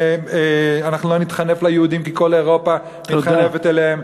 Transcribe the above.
אנחנו לא נתחנף ליהודים כי כל אירופה מתחנפת אליהם.